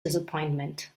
disappointment